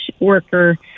worker